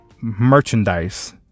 merchandise